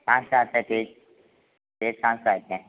कहाँ से आते है पेज पेज कहाँ से आए थे